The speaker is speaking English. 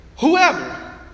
whoever